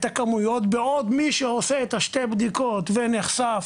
הכמויות בעוד מי שעושה את שתי הבדיקות ונחשף,